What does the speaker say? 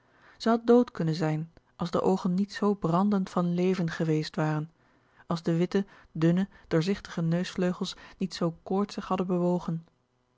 had dood kunnen zijn als de oogen niet zoo brandend van leven geweest waren als de witte dunne doorzichtige neusvleugels niet zoo koortsig hadden bewogen